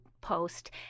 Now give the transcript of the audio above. post